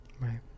Right